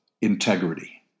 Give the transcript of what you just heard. integrity